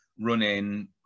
running